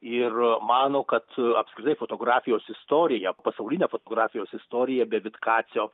ir mano kad apskritai fotografijos istorija pasaulinė fotografijos istorija be vitkacio